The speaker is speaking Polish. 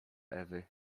ewy